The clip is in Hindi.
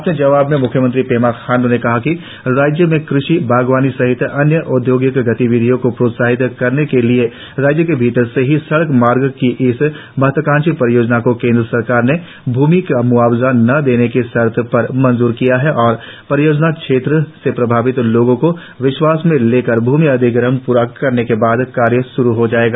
अपने जवाब में मुख्यमंत्री पेमा खांडू ने कहा कि राज्य में कृषि बागवानी सहित अन्य औद्योगिक गतिविधियों को प्रोत्साहित करने के लिए राज्य के भीतर से ही सड़क मार्ग की इस महत्वाकांक्षी परियोजना को केंद्र सरकार ने भूमि का म्आवजा न देने की शर्त पर मंजूर किया है और परियोजना क्षेत्र से प्रभावित लोगों को विश्वास में लेकर भ्मि अधिग्रहण प्रा होने के बाद कार्य श्रु हो जाएगा